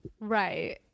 Right